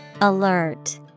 ALERT